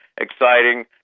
exciting